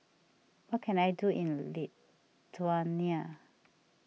what can I do in Lithuania